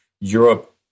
Europe